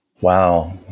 Wow